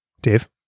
Dave